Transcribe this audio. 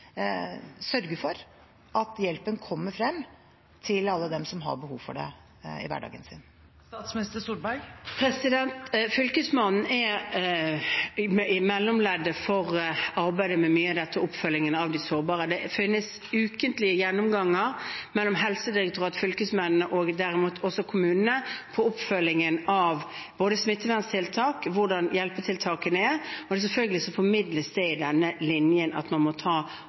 for at hjelpen kommer frem til alle dem som har behov for det i hverdagen sin? Fylkesmannen er mellomleddet for arbeidet med mye av oppfølgingen av de sårbare. Det finnes ukentlige gjennomganger mellom Helsedirektoratet, fylkesmennene – og dermed også kommunene – for oppfølgingen av både smitteverntiltak og hvordan hjelpetiltakene er, og selvfølgelig formidles det i denne linjen at man må ta